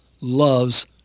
loves